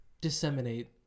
Disseminate